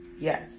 Yes